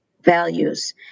values